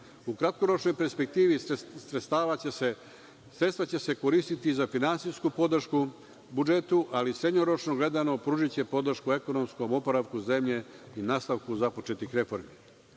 U kratkoročnoj perspektivi sredstva će se koristiti za finansijsku podršku budžetu, ali srednjeročno gledano, pružiće podršku ekonomskom oporavku zemlje i nastavku započetih reformi. Mnogi